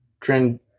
Trend